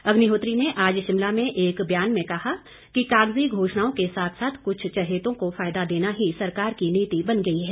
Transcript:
अग्निहोत्री ने आज शिमला में एक बयान में कहा कि कागजी घोषणाओं के साथ साथ कुछ चहेतों को फायदा देना ही सरकार की नीति बन गई है